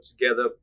together